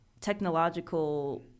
technological